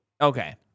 okay